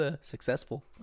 successful